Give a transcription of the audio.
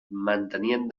mantenien